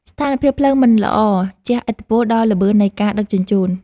ស្ថានភាពផ្លូវមិនល្អជះឥទ្ធិពលដល់ល្បឿននៃការដឹកជញ្ជូន។